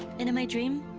and in my dream,